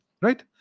right